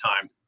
time